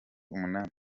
umunani